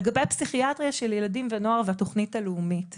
לגבי הפסיכיאטריה של ילדים ונוער והתוכנית הלאומית,